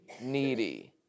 Needy